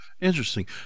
Interesting